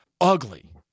ugly